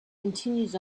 continues